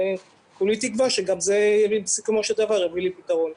כולי תקווה שגם זה בסיכומו של דבר יביא לפתרון.